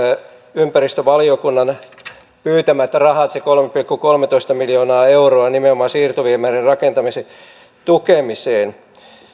ympäristövaliokunnan pyytämät rahat se kolme pilkku kolmetoista miljoonaa euroa nimenomaan siirtoviemärirakentamisen tukemiseen